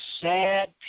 sad